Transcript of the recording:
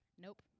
Nope